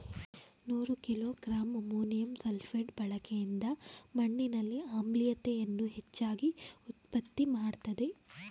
ನೂರು kilogram ammonium sulphate ಬಳಕೆಯಿಂದ ಮಣ್ಣಿನಲ್ಲಿ ಆಮ್ಲೀಯತೆಯನ್ನು ಹೆಚ್ಚಾಗಿ ಉತ್ಪತ್ತಿ ಮಾಡ್ತದೇ